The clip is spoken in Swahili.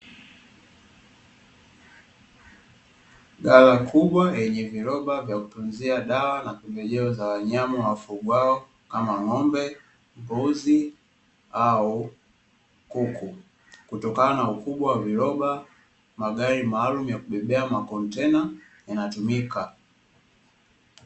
Ghala kubwa yenye viroba vya kutunzia dawa na pembejeo za wanyama wafugwao kama: ng'ombe, mbuzi au kuku. Kutokana na ukubwa wa viroba magari maalumu ya kubebea makontena yanatumika.